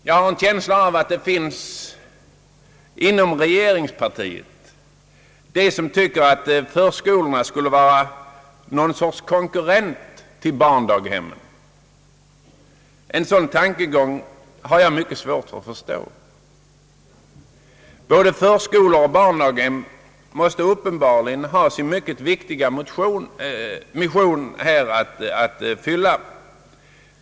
Jag har en känsla av att det inom regeringspartiet finns de som tycker att förskolan skulle vara någon sorts konkurrent till barndaghemmen. En sådan tankegång har jag mycket svårt att förstå. Både förskolor och barndaghem måste uppenbarligen ha sin mycket viktiga mission att fylla.